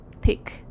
pick